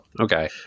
okay